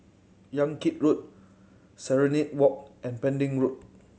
Yan Kit Road Serenade Walk and Pending Road